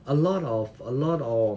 a lot of a lot of